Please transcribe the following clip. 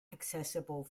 accessible